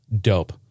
dope